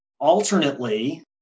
Alternately